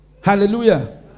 Hallelujah